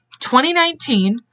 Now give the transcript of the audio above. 2019